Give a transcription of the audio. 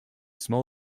small